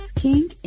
King